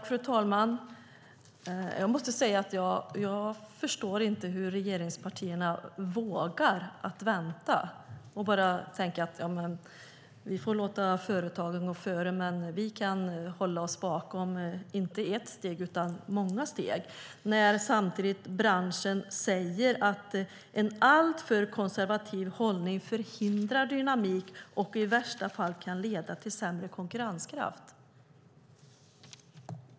Fru talman! Jag förstår inte hur regeringspartierna vågar vänta och tänka: Vi får låta företagen gå före. Vi kan hålla oss inte ett steg utan många steg bakom. Samtidigt säger branschen att en alltför konservativ hållning förhindrar dynamik och kan i värsta fall leda till sämre konkurrenskraft.